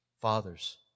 fathers